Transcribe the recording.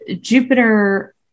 Jupiter